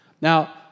Now